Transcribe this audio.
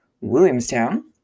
Williamstown